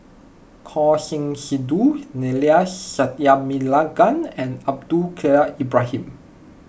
Choor Singh Sidhu Neila Sathyalingam and Abdul Kadir Ibrahim